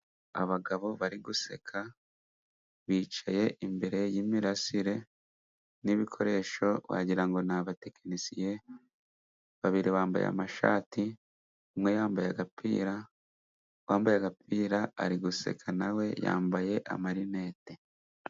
Abagabo bari guseka bicaye imbere y'imirasire n'ibikoresho wagirango ni abatekenisiye babiri bambaye amashati, umwe yambaye agapira, uwambaye agapira ari guseka nawe yambaye amarinete.